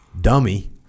dummy